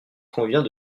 convient